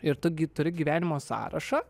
ir tu gi turi gyvenimo sąrašą